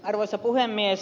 arvoisa puhemies